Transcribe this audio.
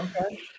okay